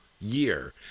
year